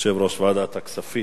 יושב-ראש ועדת הכספים.